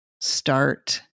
start